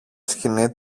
σκοινί